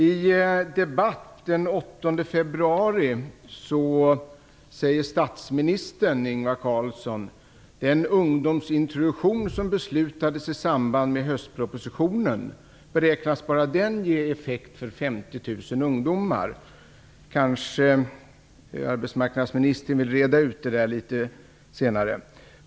I en riksdagsdebatt den 8 februari sade statsminister Ingvar Carlsson: "Den ungdomsintroduktion som beslutades i samband med höstpropositionen beräknas bara den ge effekt för 50 000 ungdomar." Kanske arbetsmarknadsministern vill reda ut detta litet senare.